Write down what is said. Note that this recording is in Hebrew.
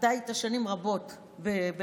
אתה היית שנים רבות בארגון,